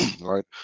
right